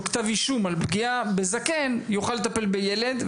כתב אישום בגין פגיעה בזקן יוכל לטפל בילד,